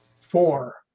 four